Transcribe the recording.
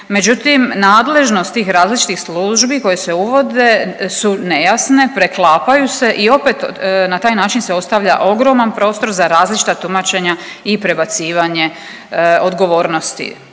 međutim nadležnost tih različitih službi koje se uvode su nejasne, preklapaju se i opet na taj način se ostavlja ogroman prostor za različita tumačenja i prebacivanje odgovornosti,